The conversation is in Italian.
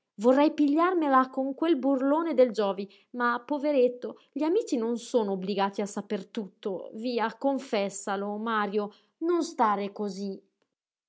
ora vorrei pigliarmela con quel burlone del giovi ma poveretto gli amici non sono obbligati a saper tutto via confessalo mario non stare cosí